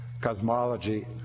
cosmology